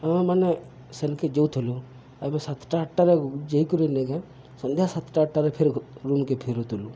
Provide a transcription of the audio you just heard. ଆମେମାନେ ସେନ୍କେ ଯାଉଥିଲୁ ଆମେ ସାତଟା ଆଠଟାରେ ଯାଇକରି ନେଇକେ ସନ୍ଧ୍ୟା ସାତଟା ଆଠଟାରେ ଫେର ରୁମ୍କେ ଫେରୁଥିଲୁ